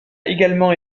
également